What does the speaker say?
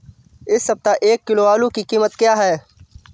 इस सप्ताह एक किलो आलू की कीमत क्या है?